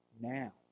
now